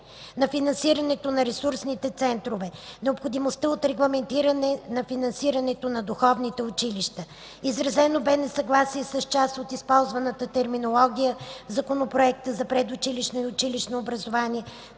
на финансирането на ресурсните центрове и необходимостта от регламентиране на финансирането на духовните училища. Изразено бе и несъгласие с част от използваната терминология в Законопроекта за предучилищното и училищното образование.